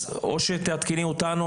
או שתעדכני אותנו,